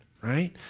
right